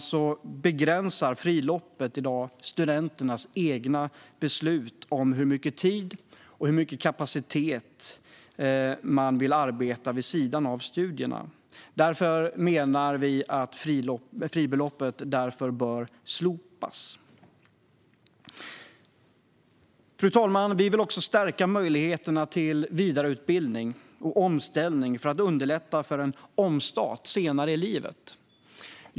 I dag begränsar fribeloppet studenternas egna beslut om hur mycket tid och möjlighet de har att arbeta vid sidan av studierna. Därför menar vi att fribeloppet bör slopas. Fru talman! Vi vill också stärka möjligheterna till vidareutbildning och omställning för att underlätta för en omstart senare i livet.